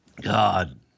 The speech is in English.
God